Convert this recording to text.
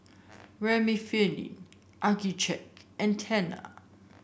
Remifemin Accucheck and Tena